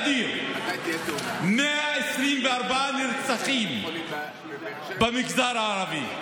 הישג אדיר, 124 נרצחים במגזר הערבי,